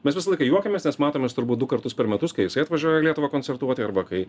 mes visą laiką juokiamės nes matomės turbūt du kartus per metus kai jisai atvažiuoja į lietuvą koncertuoti arba kai